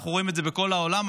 אנחנו רואים את זה בכל העולם,